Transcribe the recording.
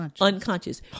Unconscious